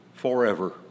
forever